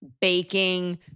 baking